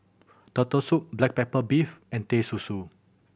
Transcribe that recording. Turtle Soup black pepper beef and Teh Susu